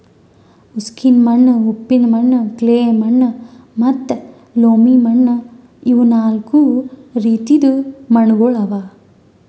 ಉಸುಕಿನ ಮಣ್ಣು, ಉಪ್ಪಿನ ಮಣ್ಣು, ಕ್ಲೇ ಮಣ್ಣು ಮತ್ತ ಲೋಮಿ ಮಣ್ಣು ಇವು ನಾಲ್ಕು ರೀತಿದು ಮಣ್ಣುಗೊಳ್ ಅವಾ